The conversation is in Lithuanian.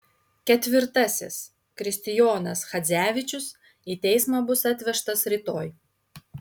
ketvirtasis kristijonas chadzevičius į teismą bus atvežtas rytoj